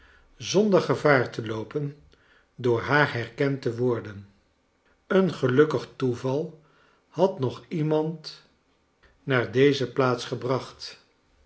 zonder gevaar te loopen door haar herkend te worden een gelukkig toeval had nog iemand naar deze plaats gebracht